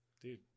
Dude